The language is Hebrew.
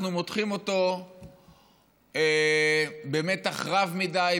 אנחנו מותחים אותו במתח רב מדי,